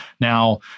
now